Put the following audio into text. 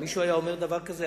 אם מישהו היה אומר דבר כזה,